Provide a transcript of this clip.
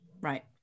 Right